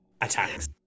attacks